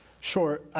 Sure